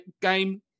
game